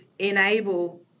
Enable